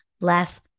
less